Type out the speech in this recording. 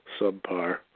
subpar